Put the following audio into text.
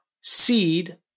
seed